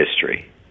history